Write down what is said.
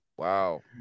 Wow